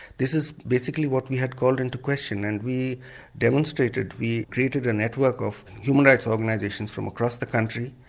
this is basically what we had called into question and we demonstrated, we created a network of human rights organisations from across the country,